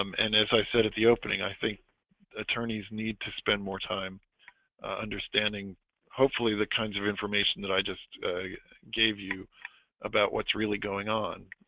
um and as i said at the opening, i think attorneys need to spend more time understanding hopefully the kinds of information that i just gave you about what's really going on